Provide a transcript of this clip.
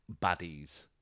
baddies